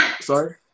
Sorry